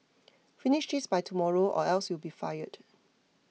finish this by tomorrow or else you'll be fired